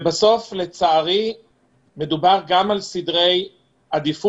בסוף לצערי מדובר גם על סדרי עדיפות.